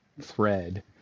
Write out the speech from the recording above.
thread